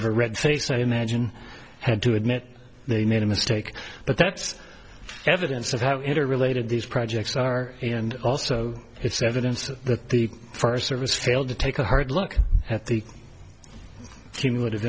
of a red face i imagine had to admit they made a mistake but that's evidence of how interrelated these projects are and also it's evidence that the first service failed to take a hard look at the cumulative